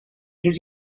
his